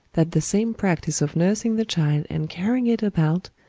that the same practice of nursing the child and carrying it about,